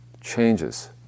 changes